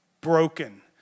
Broken